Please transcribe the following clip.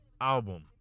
album